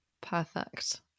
Perfect